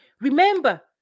remember